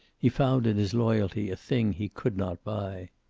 he found in his loyalty a thing he could not buy.